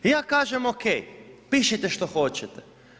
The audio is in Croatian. I ja kažem ok, pišite što hoćete.